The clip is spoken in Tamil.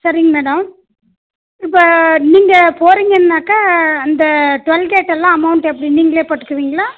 சரிங் மேடம் இப்போ நீங்கள் போறீங்கன்னாக்க அந்த டோல்கேட்டெல்லாம் அமௌண்ட் எப்படி நீங்களே போட்டுக்குவீங்களா